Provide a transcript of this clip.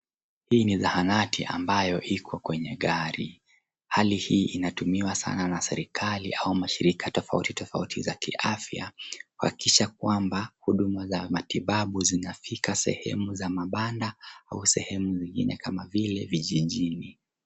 Hii ni zahanati ambayo iko kwenye gari, hali hii inatumiwa sana na serikali au mashirika tofauti tofauti za kiafya kuhakikisha kwamba huduma za matibabu zinafika sehemu za mabanda au sehemu nyingine kama vile vijijini.